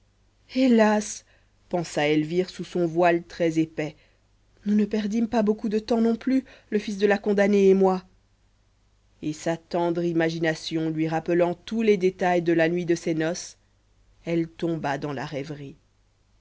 hélas pensa elvire sous son voile très épais nous ne perdîmes pas beaucoup de temps non plus le fils de la condamnée et moi et sa tendre imagination lui rappelant tous les détails de la nuit de ses noces elle tomba dans la rêverie